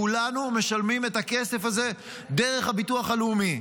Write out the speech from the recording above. כולנו משלמים את הכסף הזה דרך הביטוח הלאומי,